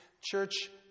church